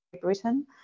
britain